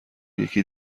یکی